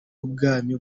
ubwami